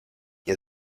ihr